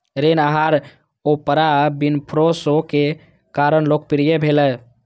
ऋण आहार Oprah Winfrey show के कारण लोकप्रिय भेलै